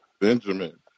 Benjamin